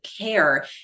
care